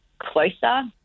closer